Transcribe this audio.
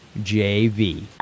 JV